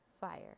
Fire